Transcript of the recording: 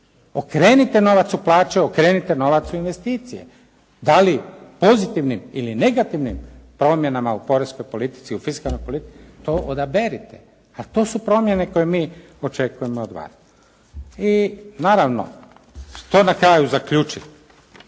Okrenite novac u plaće. Okrenite novac u investicije. Da li pozitivnim ili negativnim promjenama u poreskoj politici i u fiskalnoj politici to odaberite ali to su promjene koje mi očekujemo od vas. I naravno što na kraju zaključiti?